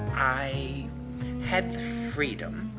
i had the freedom.